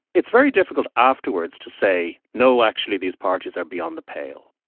it's very difficult afterwards to say, no actually, these parties are beyond the pale.